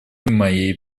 моей